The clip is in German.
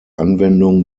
anwendung